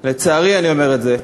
לצערי אני אומר את זה,